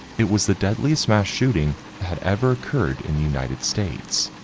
it was the deadliest mass shooting had ever occurred in the united states.